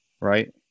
Right